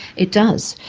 it does.